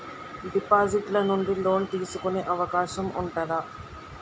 Deposit ల నుండి loan తీసుకునే అవకాశం ఉంటదా?